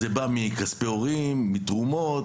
אז זה בא מכספי הורים, מתרומות,